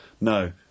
No